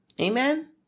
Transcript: Amen